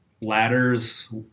ladders